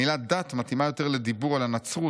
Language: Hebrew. המילה 'דת' מתאימה יותר לדיבור על הנצרות